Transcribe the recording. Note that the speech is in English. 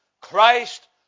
Christ